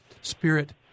spirit